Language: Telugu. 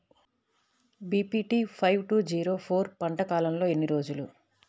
BPT five two zero four పంట కాలంలో ఎన్ని రోజులు?